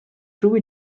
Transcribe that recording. through